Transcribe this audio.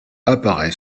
apparaît